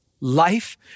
life